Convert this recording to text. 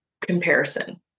comparison